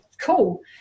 cool